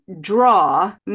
draw